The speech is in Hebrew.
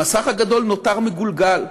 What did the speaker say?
המסך הגדול נותר מגולגל,